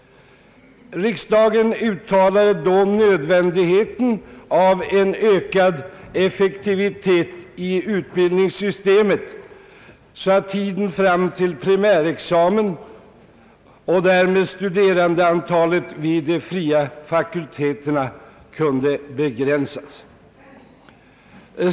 Riksdagen uttalade då nödvändigheten av en ökad effektivitet i utbildningssystemet, så att tiden fram till primärexamen och därmed studerandeantalet vid de fria fakulteterna kunde begränsas.